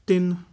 ਤਿੰਨ